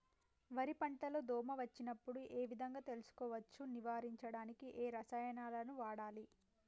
వరి పంట లో దోమ వచ్చినప్పుడు ఏ విధంగా తెలుసుకోవచ్చు? నివారించడానికి ఏ రసాయనాలు వాడాలి?